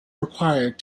required